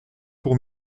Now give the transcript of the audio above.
pour